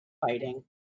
fighting